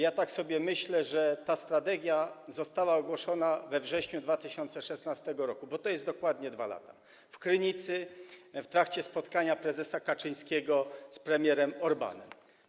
I tak sobie myślę, że ta strategia została ogłoszona we wrześniu 2016 r. - to są dokładnie 2 lata - w Krynicy w trakcie spotkania prezesa Kaczyńskiego z premierem Orbánem.